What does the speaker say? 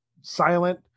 silent